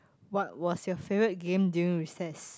what was your favourite game during recess